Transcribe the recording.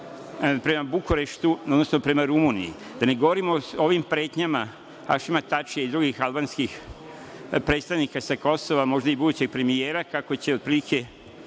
prema Bukureštu, odnosno prema Rumuniji. Da ne govorim o ovim pretnjama Hašima Tačija i drugih albanskih predstavnika sa Kosova, možda i budućeg premijera, kako će otprilike